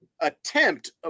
attempt